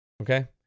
Okay